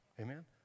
Amen